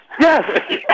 Yes